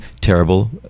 terrible